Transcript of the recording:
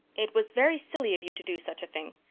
it was very silly of you to do such a thing.